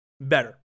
better